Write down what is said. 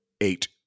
Eight